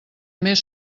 més